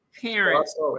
parents